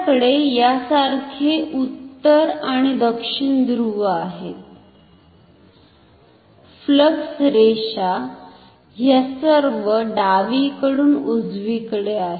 आपल्याकडे यासारखे उत्तर आणि दक्षिण ध्रुव आहेत फ्लक्स रेषा ह्या सर्व डावीकडून उजवीकडे आहेत